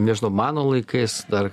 nežinau mano laikais dar